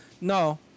no